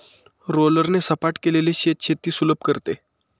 रोलरने सपाट केलेले शेत शेती सुलभ करते